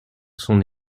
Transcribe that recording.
son